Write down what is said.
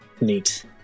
Neat